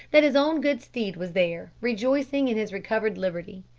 that his own good steed was there, rejoicing in his recovered liberty.